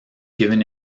given